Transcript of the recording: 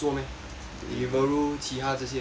Deliveroo 其他这些